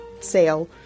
sale